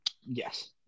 Yes